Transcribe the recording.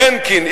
חנקין,